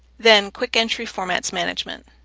then quick entry formats management.